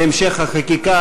בהמשך החקיקה,